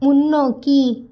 முன்னோக்கி